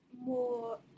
more